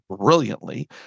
brilliantly